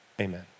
Amen